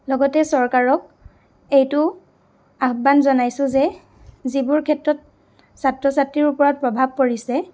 লগতে চৰকাৰক এইটো আহ্বান জনাইছোঁ যে যিবোৰ ক্ষেত্ৰত ছাত্ৰ ছাত্ৰীৰ ওপৰত প্ৰভাৱ পৰিছে